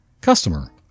Customer